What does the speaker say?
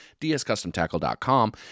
DSCustomTackle.com